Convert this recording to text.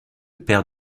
père